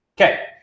okay